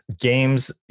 games